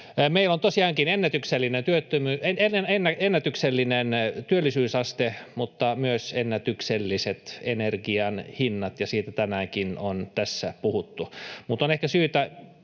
Meillä on tosiaankin ennätyksellinen työllisyysaste, mutta myös ennätykselliset energian hinnat, ja siitä tänäänkin on tässä puhuttu, mutta on ehkä syytä